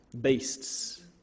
Beasts